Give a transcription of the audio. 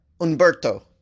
Umberto